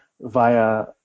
via